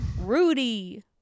rudy